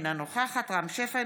אינה נוכחת רם שפע,